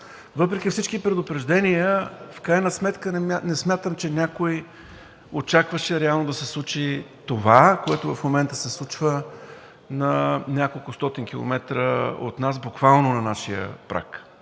Въпреки всички предупреждения в крайна сметка не смятам, че някой очакваше реално да се случи това, което в момента се случва на няколкостотин километра от нас – буквално на нашия праг.